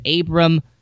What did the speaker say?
Abram